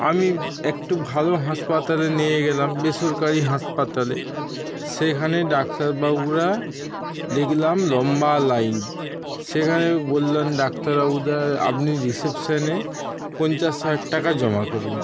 আমি একটু ভালো হাসপাতালে নিয়ে গেলাম বেসরকারি হাসপাতালে সেখানে ডাক্তারবাবুরা দেখলাম লম্বা লাইন সেখানে বললাম ডাক্তারবাবুদের আপনি রিসেপশনে পঞ্চাশ ষাট টাকা জমা করুন